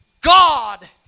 God